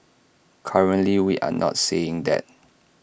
currently we are not seeing that